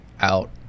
out